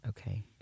okay